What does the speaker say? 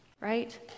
right